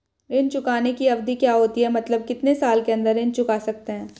ऋण चुकाने की अवधि क्या होती है मतलब कितने साल के अंदर ऋण चुका सकते हैं?